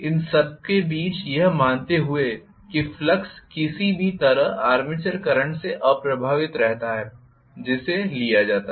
इन सबके बीच यह मानते हुए कि फ्लक्स किसी भी तरह आर्मेचर करंट से अप्रभावित रहता है जिसे लिया जाता है